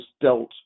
dealt